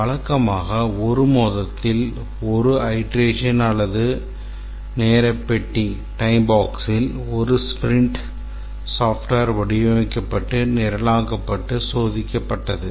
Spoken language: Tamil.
வழக்கமாக ஒரு மாதத்தில் ஒரு அயிட்ரேஷன் அல்லது நேர பெட்டியில் ஒரு ஸ்பிரிண்ட் மென்பொருள் வடிவமைக்கப்பட்டு நிரலாக்கப்பட்டு சோதிக்கப்பட்டது